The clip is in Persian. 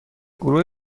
گروه